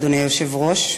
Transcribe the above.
אדוני היושב-ראש.